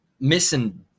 Missing